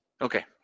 Okay